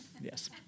yes